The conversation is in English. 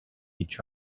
each